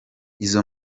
izo